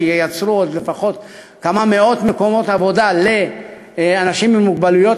שייצרו עוד לפחות כמה מאות מקומות עבודה לאנשים עם מוגבלויות.